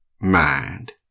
mind